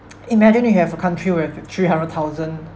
imagine you have a country with three hundred thousand